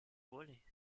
vôlei